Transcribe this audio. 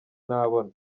nabona